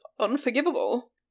unforgivable